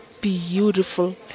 beautiful